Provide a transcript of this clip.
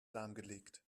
lahmgelegt